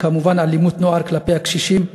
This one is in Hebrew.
וכמובן אלימות נוער כלפי הקשישים,